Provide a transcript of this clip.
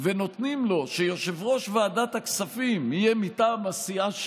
ונותנים לו שיושב-ראש ועדת הכספים יהיה מטעם הסיעה שלו,